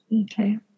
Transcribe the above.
okay